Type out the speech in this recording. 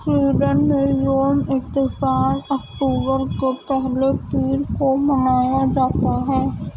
Sweden میں یوم اطفال اکتوبر کے پہلے پیر کو منایا جاتا ہے